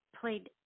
played